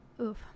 Oof